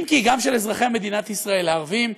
כי אם גם של אזרחי מדינת ישראל הערבים,